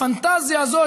הפנטזיה הזאת,